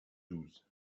douze